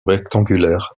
rectangulaire